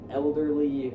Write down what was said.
elderly